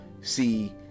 see